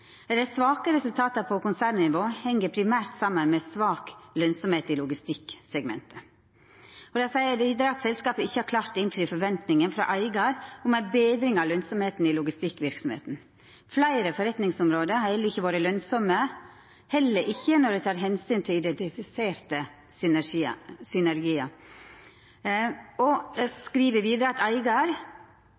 Dei svake resultata på konsernnivå heng primært saman med svak lønsemd i logistikksegmentet. Dei seier vidare at selskapet ikkje har klart å innfri forventninga frå eigaren om ei betring av lønsemda i logistikkverksemda. Fleire forretningsområde har heller ikkje vore lønsame, heller ikkje når ein tek omsyn til identifiserte synergiar. Ein skriv vidare at